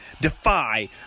Defy